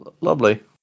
lovely